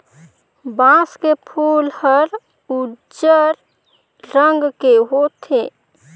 बांस के फूल हर उजर रंग के होथे